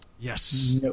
Yes